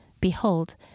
behold